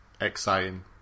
exciting